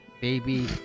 Baby